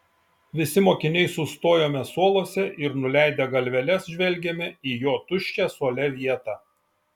visi mokiniai sustojome suoluose ir nuleidę galveles žvelgėme į jo tuščią suole vietą